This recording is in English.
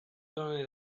done